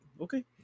Okay